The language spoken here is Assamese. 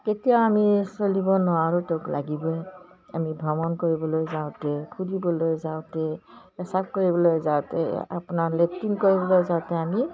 কেতিয়াও আমি চলিব নোৱাৰোঁ তেওঁক লাগিবই আমি ভ্ৰমণ কৰিবলৈ যাওঁতে ফুৰিবলৈ যাওঁতে পেচাব কৰিবলৈ যাওঁতে আপোনাৰ লেট্ৰিন কৰিবলৈ যাওঁতে আমি